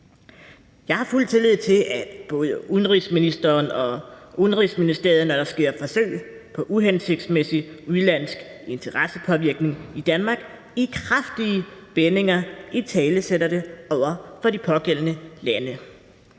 Jeg har fuld tillid til, at både udenrigsministeren og Udenrigsministeriet, når der sker forsøg på uhensigtsmæssig udenlandsk interessepåvirkning i Danmark, i kraftige vendinger italesætter det over for de pågældende lande.